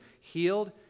healed